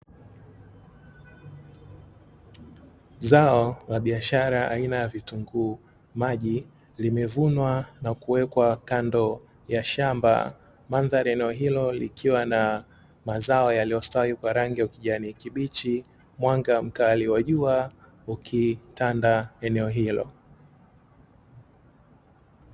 Zao la biashara aina ya vitunguu maji, limevunwa na kuwekwa kando ya shamba. Mandhari ya eneo hilo likiwa na mazao yaliyostawi kwa rangi ya ukijani kibichi, mwanga mkali wa jua ukitanda eneo hilo.